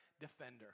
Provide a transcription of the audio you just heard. defender